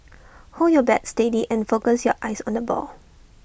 hold your bat steady and focus your eyes on the ball